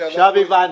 --- עכשיו הבנתי.